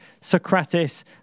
Socrates